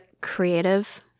creative